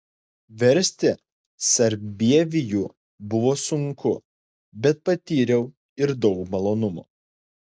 versti sarbievijų buvo sunku bet patyriau ir daug malonumo